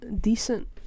decent